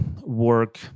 work